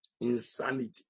insanity